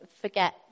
forget